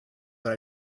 that